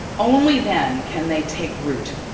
only then can they take root.